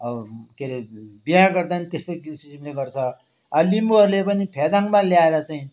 अब के रे बिहा गर्दा पनि त्यस्तै किसिमले गर्छ लिम्बूहरूले पनि फेदाङमा ल्याएर चाहिँ